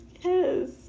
yes